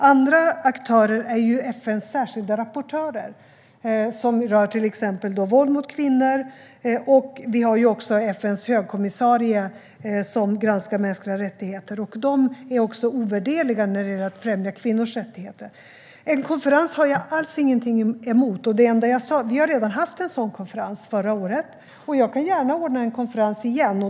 Andra aktörer är FN:s särskilda rapportörer, som behandlar till exempel våld mot kvinnor. Vi har också FN:s högkommissarie, som granskar mänskliga rättigheter. De är ovärderliga när det gäller att främja kvinnors rättigheter. Jag har ingenting emot en konferens. Vi har redan haft en sådan konferens, förra året. Jag kan gärna ordna en konferens igen.